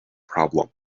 problem